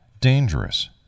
dangerous